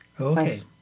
okay